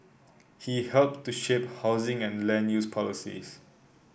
he helped to shape housing and land use policies